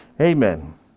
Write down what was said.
Amen